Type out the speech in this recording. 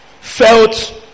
felt